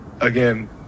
again